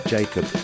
Jacob